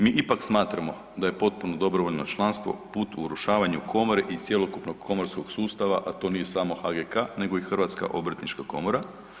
Mi ipak smatramo da je potpuno dobrovoljno članstvo put u urušavanje komore i cjelokupnog komorskog sustava, a to nije samo HGK nego i Hrvatska obrtnička komora.